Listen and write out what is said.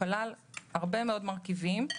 שכלל הרבה מאוד מרכיבים,